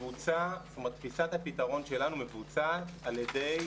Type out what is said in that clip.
תפיסת הפתרון שלנו מבוצעת על ידי